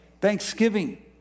Thanksgiving